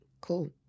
Cool